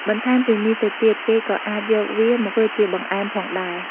បន្ថែមពីនេះទៅទៀតគេក៏អាចយកវាមកធ្វើជាបង្អែមផងដែរ។